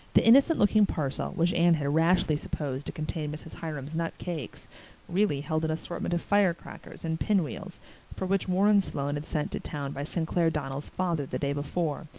the innocent looking parcel which anne had rashly supposed to contain mrs. hiram's nut cakes really held an assortment of firecrackers and pinwheels for which warren sloane had sent to town by st. clair donnell's father the day before,